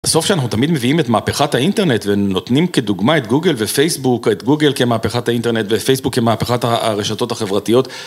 בסוף שאנחנו תמיד מביאים את מהפכת האינטרנט ונותנים כדוגמא את גוגל ופייסבוק, את גוגל כמהפכת האינטרנט ופייסבוק כמהפכת הרשתות החברתיות.